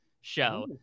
show